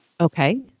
Okay